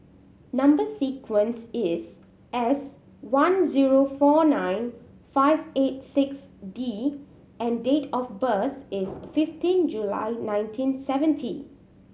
number sequence is S one zero four nine five eight six D and date of birth is fifteen July nineteen seventy